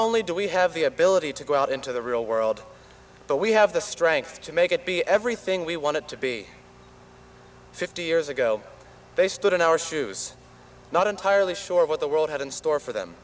only do we have the ability to go out into the real world but we have the strength to make it be everything we wanted to be fifty years ago they stood in our shoes not entirely sure what the world had in store for them